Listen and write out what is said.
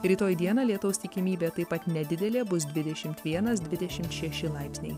rytoj dieną lietaus tikimybė taip pat nedidelė bus dvidešimt vienas dvidešimt šeši laipsniai